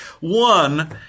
one